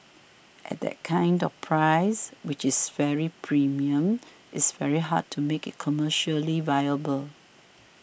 at that kind of price which is very premium it's very hard to make it commercially viable